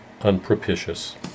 unpropitious